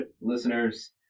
listeners